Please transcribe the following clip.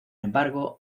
embargo